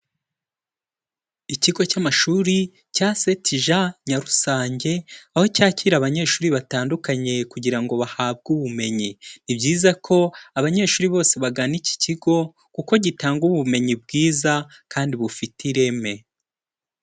Ikigo cy'amashuri cya Saint Jean Nyarusange, aho cyakira abanyeshuri batandukanye kugira ngo bahabwe ubumenyi, ni byiza ko abanyeshuri bose bagana iki kigo, kuko gitanga ubumenyi bwiza kandi bufite ireme.